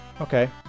Okay